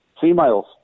females